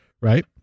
right